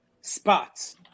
spots